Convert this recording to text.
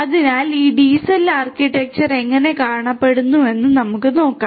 അതിനാൽ ഈ DCell architecture എങ്ങനെ കാണപ്പെടുന്നുവെന്ന് നമുക്ക് നോക്കാം